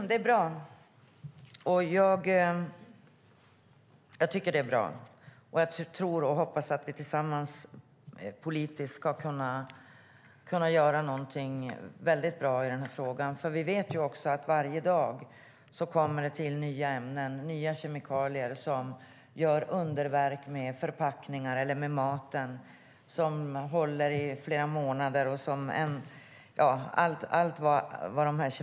Herr talman! Jag tycker att det är bra, och jag tror och hoppas att vi tillsammans ska kunna göra någonting väldigt bra politiskt i den här frågan. Vi vet att det varje dag kommer till nya ämnen och nya kemikalier som gör underverk med förpackningar eller med mat som håller i flera månader.